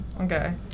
okay